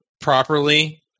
properly